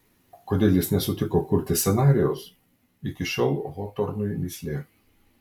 kodėl jis nesutiko kurti scenarijaus iki šiol hotornui mįslė